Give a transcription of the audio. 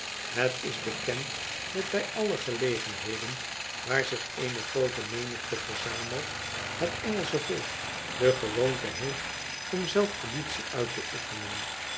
het is bekend dat bij alle gelegenheden waar zich eene groote menigte verzamelt het engelsche volk de gewoonte heeft om zelf politie uit te oefenen